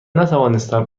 نتوانستم